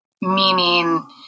meaning